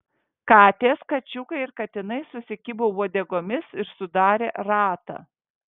katės kačiukai ir katinai susikibo uodegomis ir sudarė ratą